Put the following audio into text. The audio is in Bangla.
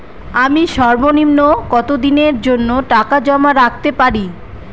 আমি সর্বনিম্ন কতদিনের জন্য টাকা জমা রাখতে পারি?